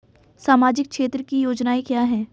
सामाजिक क्षेत्र की योजनाएं क्या हैं?